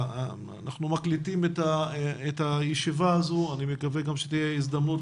אנחנו מקליטים את הישיבה הזו ואני מקווה גם שתהיה הזדמנות